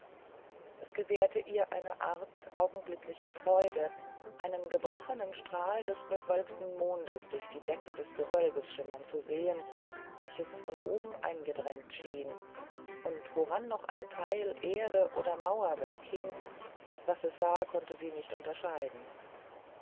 es gewährte ihr eine art augenblicklicher freude einen gebrochenen strahl des bewölkten mondes durch die decke des gewölbes schimmern zu sehn welches von oben eingedrängt schien und woran noch ein theil erde oder mauerwerk hing was es war konnte sie nicht unterscheiden